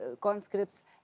conscripts